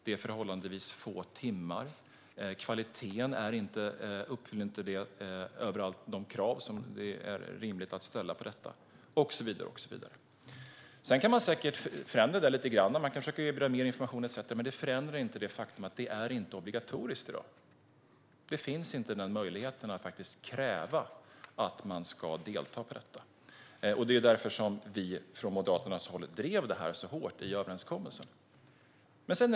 Det är förhållandevis få timmar det handlar om. Kvaliteten når inte överallt upp till de krav som det är rimligt att ställa, och så vidare. Sedan kan man säkert förändra detta lite. Man kan försöka ge mer information etcetera, men det förändrar inte det faktum att deltagandet inte är obligatoriskt i dag. Det finns ingen möjlighet att kräva att man ska delta i detta. Det är därför som vi i Moderaterna drev detta så hårt i överenskommelsen.